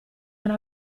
una